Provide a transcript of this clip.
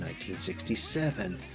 1967